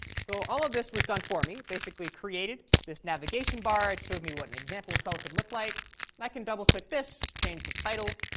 so all of this was done for me, basically created. this navigation bar showed me what an example cell could look like, and i can double click this, change the title.